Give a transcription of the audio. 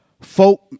folk